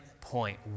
point